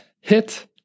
hit